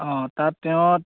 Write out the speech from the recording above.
অঁ তাত তেওঁ